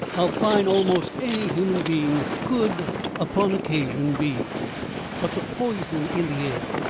how fine almost any human being could upon occasion be but the poison in the air,